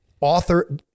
author